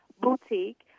Boutique